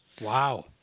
Wow